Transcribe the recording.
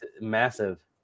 massive